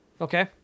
Okay